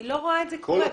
אני לא רואה את זה קורה.